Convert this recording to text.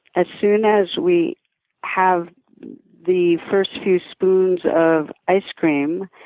as soon as we have the first few spoons of ice cream,